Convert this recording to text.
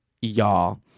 y'all